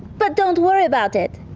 but don't worry about it.